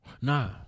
Nah